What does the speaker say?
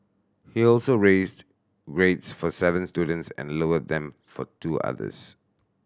he also raised grades for seven students and lowered them for two others